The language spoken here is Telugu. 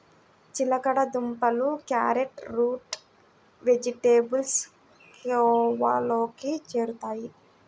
చిలకడ దుంపలు, క్యారెట్లు రూట్ వెజిటేబుల్స్ కోవలోకి చేరుతాయి